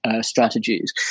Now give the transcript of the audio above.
strategies